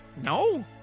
no